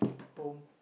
home